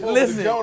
listen